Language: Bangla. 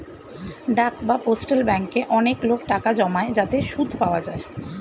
ডাক বা পোস্টাল ব্যাঙ্কে অনেক লোক টাকা জমায় যাতে সুদ পাওয়া যায়